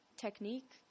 technique